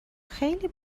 خیلی